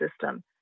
system